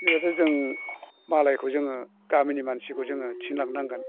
बिदिबाथ' जों मालायखौ जोङो गामिनि मानसिखौ जोङो थिनलांनागोन